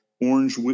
orange